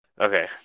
Okay